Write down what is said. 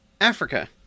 Africa